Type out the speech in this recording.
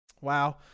Wow